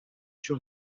sur